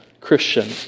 Christian